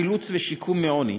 חילוץ ושיקום מעוני).